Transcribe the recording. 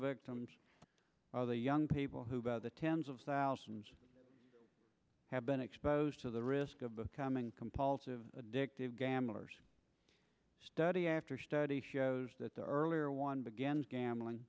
victims the young people who by the tens of thousands have been exposed to the risk of becoming compulsive addictive gamblers study after study shows that the earlier one begins gambling